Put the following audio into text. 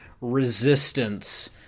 resistance